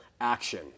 action